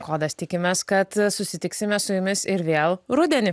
kodas tikimės kad susitiksime su jumis ir vėl rudenį